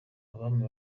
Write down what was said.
abami